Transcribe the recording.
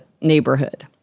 neighborhood